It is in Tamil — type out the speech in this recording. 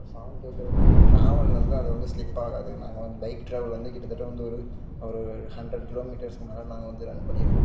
அப்புறம் சாங் கேட்குறக்கு ட்ராவலில் வந்து அது வந்து ஸ்லிப் ஆகாது நாங்கள் வந்து பைக் ட்ராவல் வந்து கிட்டத்தட்ட வந்து ஒரு ஒரு ஹன்ரெட் கிலோமீட்டர்ஸ்க்கு மேலே நாங்கள் வந்து ரன் பண்ணியிருக்கோம்